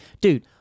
dude